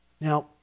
Now